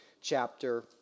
chapter